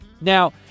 now